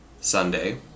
Sunday